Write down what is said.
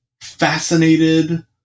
fascinated